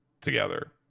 together